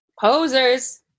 Posers